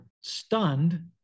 stunned